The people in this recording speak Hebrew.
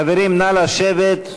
חברים, נא לשבת.